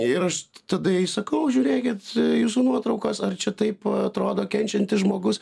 ir aš tada jai sakau žiūrėkit jūsų nuotraukos ar čia taip atrodo kenčiantis žmogus